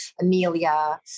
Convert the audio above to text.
Amelia